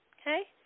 Okay